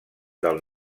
del